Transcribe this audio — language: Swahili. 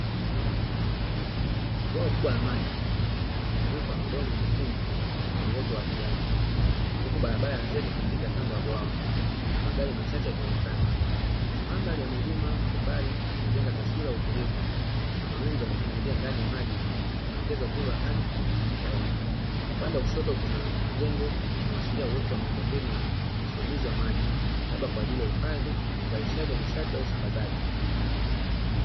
Bwawa kubwa la maji linalozungukwa na udongo mwekundu na uoto wa kijani, huku barabara ya zege ikipita kando ya bwawa, na magari machache yakionekana. Mandhari ya milima kwa mbali inajenga taswira ya mbali ya utulivu, na mawingu yanayojirudia ndani ya maji yanaongeza uzuri wa hali ya hewa. Upande wa kushoto kuna majengo yanayoashiria uwepo wa miundombinu ya usimamizi wa maji, labda kwa ajili ya uhifadhi, uzalishaji wa nishati, au usambazaji .